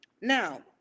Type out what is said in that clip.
now